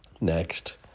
Next